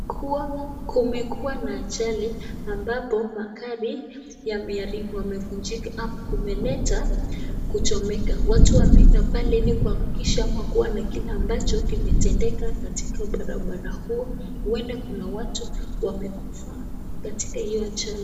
Kuwa kumekuwa na ajali ambapo magari yamevujika kumeleta kuchomeka. Watu wameenda pale ili kuhakikisha ama kuona kile ambacho kimetendeka katika barabara huu, huenda kuna watu wamekufa katika hiyo ajali.